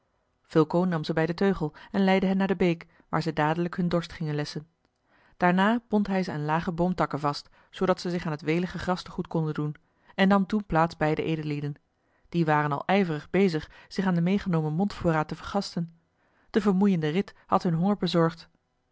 nam ze bij den teugel en leidde hen naar de beek waar zij dadelijk hun dorst gingen lesschen daarna bond hij ze aan lage boomtakken vast zoodat zij zich aan het welige gras te goed konden doen en nam toen plaats bij de edellieden die waren al ijverig bezig zich aan den meegenomen mondvoorraad te vergasten de vermoeiende rit had hun honger bezorgd